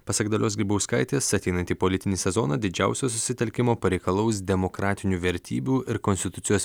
pasak dalios grybauskaitės ateinantį politinį sezoną didžiausio susitelkimo pareikalaus demokratinių vertybių ir konstitucijos